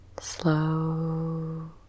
Slow